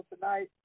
tonight